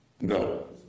No